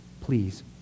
Please